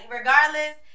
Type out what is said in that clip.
regardless